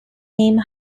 name